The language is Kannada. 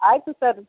ಆಯ್ತು ಸರ್